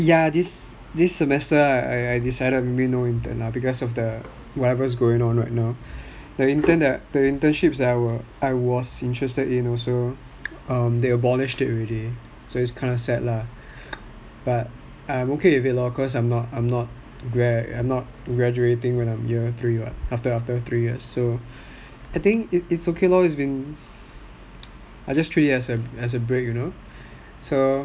ya this semester I decided maybe no intern lah because of the whatever's going on right now the intern that I the internships that I was interested in also um they abolished it already so it's kinda sad lah but I'm okay with it lor cause I'm not I'm not graduating when I'm year three [what] after three years so I think it's okay lor I just treat it as a break you know